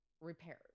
repairs